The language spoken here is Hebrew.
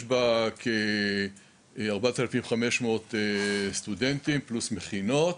יש בה כארבעת אלפים חמש מאות סטודנטים פלוס מכינות.